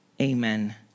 amen